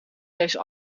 deze